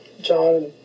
John